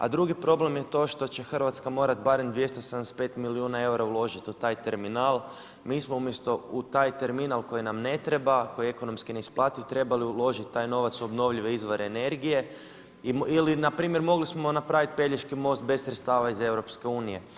A drugi problem je to što će Hrvatska morat barem 275 milijuna eura uložit u taj terminal, mi smo umjesto u taj terminal koji nam ne treba, koji je ekonomski neisplativ, trebali uložit taj novac u obnovljive izvore energije ili npr. mogli smo napravit Pelješki most bez sredstava iz EU.